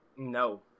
No